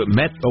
met